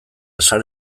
sare